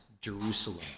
Jerusalem